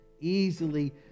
easily